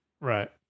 Right